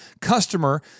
customer